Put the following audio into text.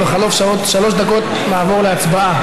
ובחלוף שלוש דקות נעבור להצבעה,